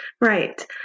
Right